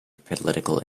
political